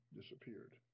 disappeared